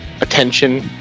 attention